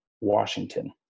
Washington